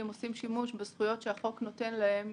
עושים שימוש בזכויות שהחוק נותן להם.